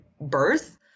birth